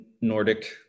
Nordic